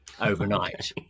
overnight